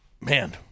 Man